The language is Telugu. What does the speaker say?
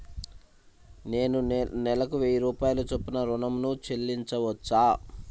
నేను నెలకు వెయ్యి రూపాయల చొప్పున ఋణం ను చెల్లించవచ్చా?